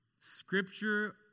Scripture